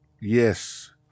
Yes